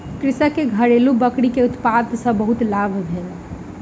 कृषक के घरेलु बकरी के उत्पाद सॅ बहुत लाभ भेल